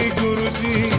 guruji